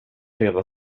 redan